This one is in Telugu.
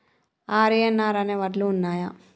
ఆర్.ఎన్.ఆర్ అనే వడ్లు ఉన్నయా?